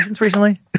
recently